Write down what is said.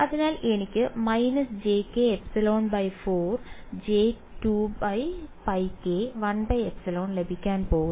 അതിനാൽ എനിക്ക് − jkε4 j2πk 1ε ലഭിക്കാൻ പോകുന്നു